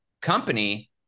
company